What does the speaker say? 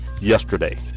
yesterday